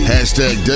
Hashtag